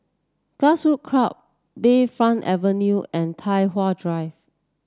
Grassroots Club Bayfront Avenue and Tai Hwan Drive